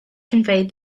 conveyed